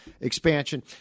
Expansion